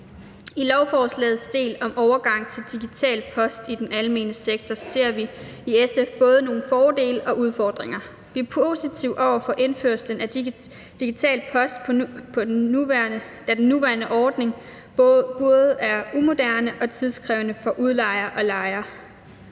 I lovforslagets del om overgang til digital post i den almene sektor ser vi i SF både nogle fordele og nogle udfordringer. Vi er positive over for indførslen af digital post, da den nuværende ordning både er umoderne og tidskrævende for udlejer og lejer.